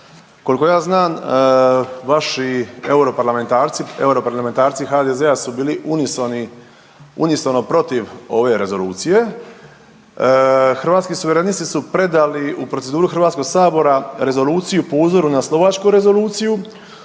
europarlamentarci, europarlamentarci HDZ-a su bili unisono protiv ove rezolucije. Hrvatski suverenisti su predali u proceduru HS rezoluciju po uzoru na Slovačku rezoluciju